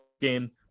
game